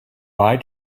bye